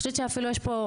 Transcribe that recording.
אני חושבת שאפילו יש פה,